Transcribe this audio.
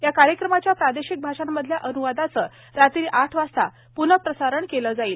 या कार्यक्रमाच्या प्रादेशिक भाषांमधल्या अनुवादाचं रात्री आठ वाजता प्नःप्रसारण केलं जाईल